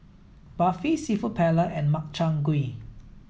Barfi Seafood Paella and Makchang gui